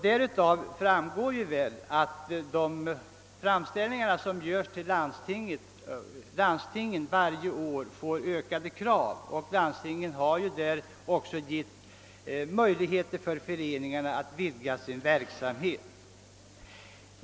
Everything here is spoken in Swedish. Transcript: Detta framgår av att de framställningar som varje år görs till landstingen innebär ökade krav, och landstingen har ju också möjliggjort för föreningarna att vidga verksamheten.